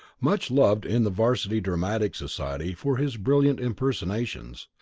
much loved in the varsity dramatic society for his brilliant impersonations.